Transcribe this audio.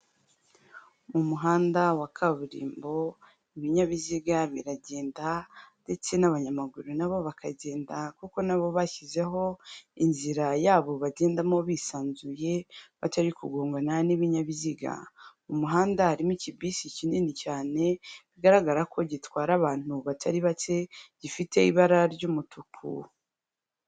Umuhanda wa kaburimbo, ibinyabiziga biragenda ndetse n'abanyamaguru nabo bakagenda kuko nabo bashyizeho, inzira yabo bagendamo bisanzuye batari kugongana n'ibinyabiziga. Mumumuhanda harimo ikibisi kinini cyane bigaragara ko gitwara abantu batari bake, gifite ibara ry'umutuku.